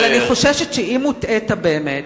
אבל אני חוששת שאם הוטעית באמת,